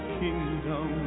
kingdom